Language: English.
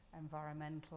environmental